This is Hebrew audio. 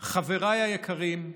חבריי היקרים,